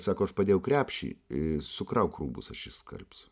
sako aš padėjau krepšį i sukrauk rūbus aš išskalbsiu